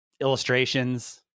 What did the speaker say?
illustrations